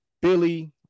Billy